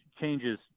changes